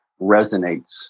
resonates